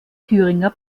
thüringer